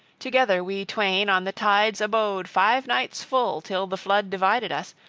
together we twain on the tides abode five nights full till the flood divided us,